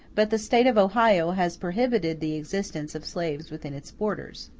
but the state of ohio has prohibited the existence of slaves within its borders.